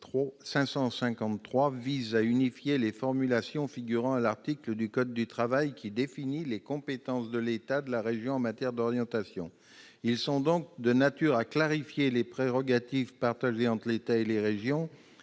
rectifié visent à unifier les formulations figurant à l'article du code du travail qui définit les compétences de l'État et de la région en matière d'orientation. Ils sont donc de nature à clarifier les prérogatives partagées entre l'État et les régions